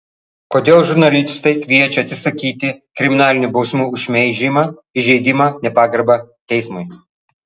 kodėl žurnalistai kviečia atsisakyti kriminalinių bausmių už šmeižimą įžeidimą nepagarbą teismui